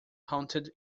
haunted